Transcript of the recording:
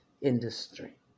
industry